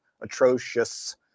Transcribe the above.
atrocious